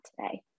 today